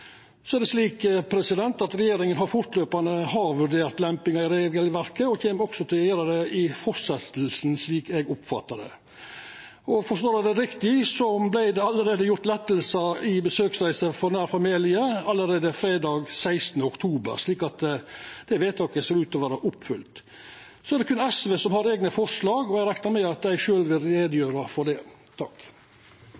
Regjeringa har fortløpande vurdert lempingar i regelverket og kjem også til å gjera det i fortsetjinga, slik eg oppfattar det. Og forstår eg det riktig, vart det gjort lettar i besøksreiser til nær familie allereie fredag 16. oktober, slik at det vedtaket ser ut til å vera oppfylt. Det er berre SV som har eige forslag, og eg reknar med at dei sjølve vil